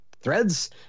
threads